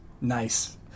Nice